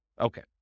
Okay